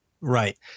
right